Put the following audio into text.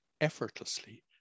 effortlessly